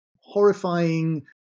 horrifying